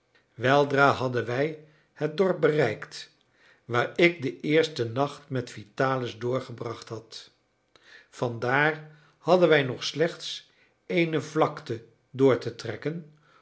weldra hadden wij het dorp bereikt waar ik den eersten nacht met vitalis doorgebracht had van daar hadden wij nog slechts eene vlakte door te trekken